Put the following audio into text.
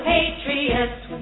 Patriots